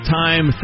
time